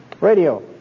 radio